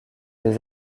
des